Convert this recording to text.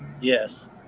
Yes